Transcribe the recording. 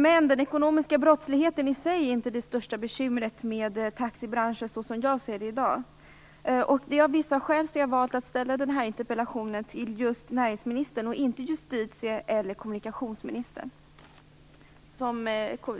Men den ekonomiska brottsligheten i sig är inte det största bekymret när det gäller taxibranschen i dag, så som jag ser det. Det är av vissa skäl som jag har valt att ställa den här interpellationen just till näringsministern, och inte till justitieministern eller kommunikationsministern.